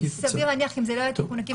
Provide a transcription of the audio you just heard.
סביר להניח, אם זה לא יהיה תיקון עקיף.